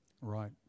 Right